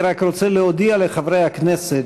אני רק רוצה להודיע לחברי הכנסת